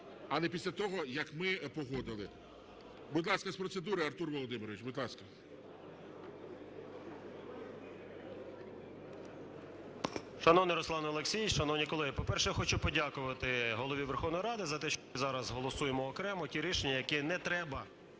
а не після того, як ми погодили. Будь ласка, з процедури. Артур Володимирович, будь ласка. 14:08:17 ГЕРАСИМОВ А.В. Шановний Руслан Олексійович, шановні колеги! По-перше, я хочу подякувати Голові Верховної Ради за те, що ми зараз голосуємо окремо ті рішення, які не треба